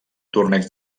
torneig